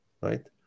Right